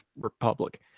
republic